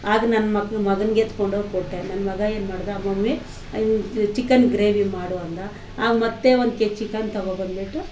ಆಗ ನನ್ನ ಮಕ ಮಗನಿಗೆ ಎತ್ಕೊಂಡೋಗಿ ಕೊಟ್ಟೆ ನನ್ನ ಮಗ ಏನು ಮಾಡ್ದೆ ಮಮ್ಮಿ ಚಿಕನ್ ಗ್ರೇವಿ ಮಾಡು ಅಂದ ಮತ್ತೆ ಒಂದು ಕೆಜಿ ಚಿಕನ್ ತೊಗೊಬನ್ಬಿಟ್ಟು